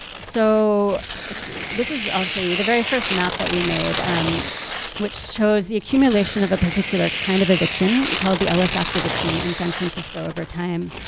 so let's see, this is, i'll show you the very first map that we made which shows the accumulation of a particular kind of eviction called the ellis act eviction in san francisco over time.